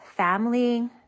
family